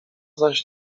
zaś